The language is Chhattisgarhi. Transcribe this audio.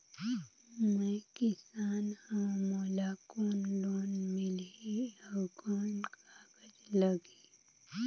मैं किसान हव मोला कौन लोन मिलही? अउ कौन कागज लगही?